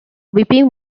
whipping